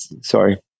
sorry